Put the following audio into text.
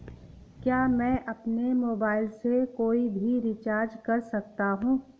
क्या मैं अपने मोबाइल से कोई भी रिचार्ज कर सकता हूँ?